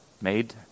made